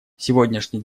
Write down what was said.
сегодняшний